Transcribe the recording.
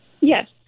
Yes